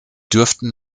dürften